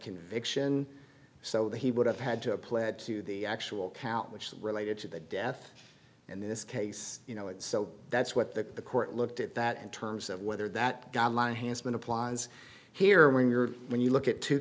conviction so that he would have had to pled to the actual count which is related to the death in this case you know it so that's what the the court looked at that in terms of whether that guideline has been applies here when you're when you look at two